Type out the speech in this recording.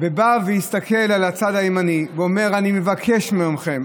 בא והסתכל על הצד הימני ואמר: אני מבקש מכם,